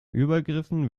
übergriffen